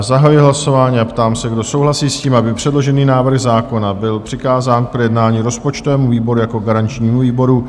Zahajuji hlasování a ptám se, kdo souhlasí s tím, aby předložený návrh zákona byl přikázán k projednání rozpočtovému výboru jako garančnímu výboru?